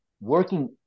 working